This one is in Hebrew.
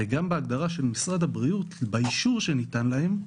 גם בהגדרה של משרד הבריאות, באישור שניתן להם,